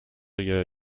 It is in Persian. بگیرید